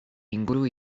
inguru